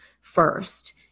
first